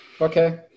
Okay